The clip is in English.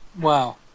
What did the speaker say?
Wow